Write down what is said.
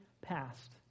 past